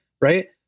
right